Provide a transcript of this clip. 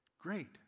Great